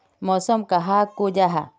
मौसम कहाक को जाहा?